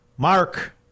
Mark